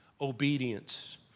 obedience